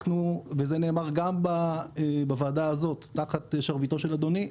וזה נאמר גם בוועדה הזאת תחת שרביטו של אדוני,